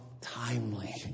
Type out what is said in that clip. timely